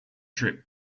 trip